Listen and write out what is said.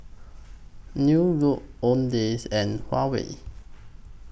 New Look Owndays and Huawei